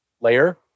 layer